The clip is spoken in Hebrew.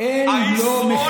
אין לו מחילה.